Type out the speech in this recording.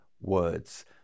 words